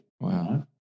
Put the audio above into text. Wow